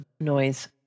noise